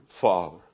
Father